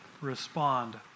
respond